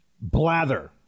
Blather